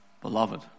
Beloved